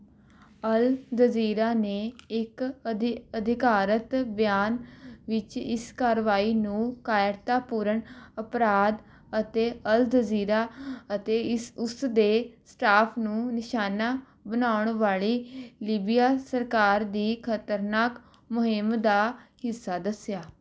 ਅਲ Jazeera ਨੇ ਇੱਕ ਅਧਿ ਅਧਿਕਾਰਤ ਬਿਆਨ ਵਿੱਚ ਇਸ ਕਾਰਵਾਈ ਨੂੰ ਕਾਇਰਤਾਪੂਰਨ ਅਪਰਾਧ ਅਤੇ ਅਲ ਜਜ਼ੀਰਾ ਅਤੇ ਇਸ ਉਸ ਦੇ ਸਟਾਫ ਨੂੰ ਨਿਸ਼ਾਨਾ ਬਣਾਉਣ ਵਾਲੀ ਲੀਬੀਆ ਸਰਕਾਰ ਦੀ ਖ਼ਤਰਨਾਕ ਮੁਹਿੰਮ ਦਾ ਹਿੱਸਾ ਦੱਸਿਆ